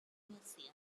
museum